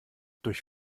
durch